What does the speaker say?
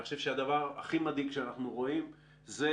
אני חושב שהדבר הכי מדאיג שאנחנו רואים אלה